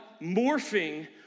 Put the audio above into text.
morphing